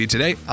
Today